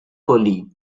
collie